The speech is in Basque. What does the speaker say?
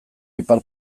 ipar